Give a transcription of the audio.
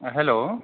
hello